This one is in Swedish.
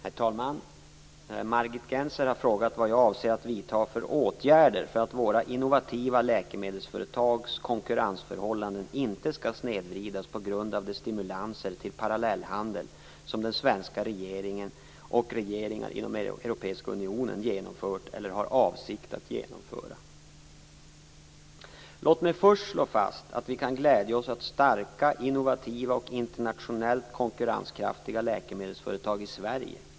Herr talman! Margit Gennser har frågat vad jag avser att vidta för åtgärder för att våra innovativa läkemedelsföretags konkurrensförhållanden inte skall snedvridas på grund av de stimulanser till parallellhandel som den svenska regeringen och regeringar inom EU genomfört eller har för avsikt att genomföra. Låt mig först slå fast att vi kan glädja oss åt starka, innovativa och internationellt konkurrenskraftiga läkemedelsföretag i Sverige.